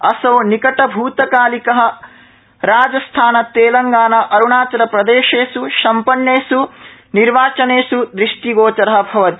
असौ निकटभूतकालिक राजस्थान तेलंगाना अरूणाचलप्रदेशेष् सम्पन्नेष् निर्वाचनेष् दृष्टिगोचर भवति